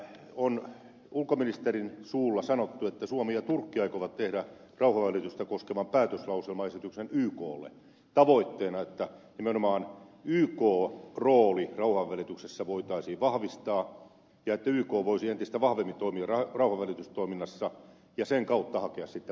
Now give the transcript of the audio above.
on ulkoministerin suulla sanottu että suomi ja turkki aikovat tehdä rauhanvälitystä koskevan päätöslauselmaesityksen yklle tavoitteena että nimenomaan ykn roolia rauhanvälityksessä voitaisiin vahvistaa ja että yk voisi entistä vahvemmin toimia rauhanvälitystoiminnassa ja sen kautta hakea sitten poliittista mandaattia